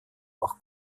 auch